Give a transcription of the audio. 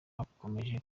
yakomeje